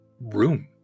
room